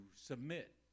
submit